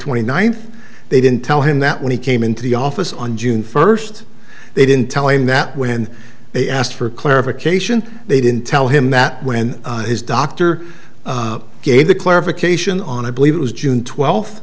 twenty ninth they didn't tell him that when he came into the office on june first they didn't tell him that when they asked for clarification they didn't tell him that when his doctor gave the clarification on i believe it was june twelfth